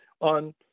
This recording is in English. on